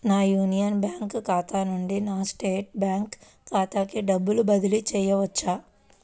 నా union bank ఖాతా నుండి నా స్టేట్ బ్యాంకు ఖాతాకి డబ్బు బదిలి చేయవచ్చా?